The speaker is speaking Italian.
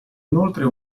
inoltre